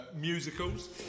musicals